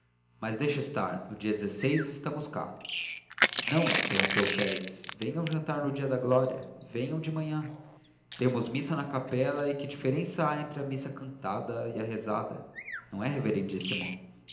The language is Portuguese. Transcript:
mas deixe estar no dia estamos cá não interrompeu félix venham jantar no dia da glória venham de manhã temos missa na capela e que diferença há entre a missa cantada e a rezada não é reverendíssimo